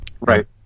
right